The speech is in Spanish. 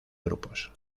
grupos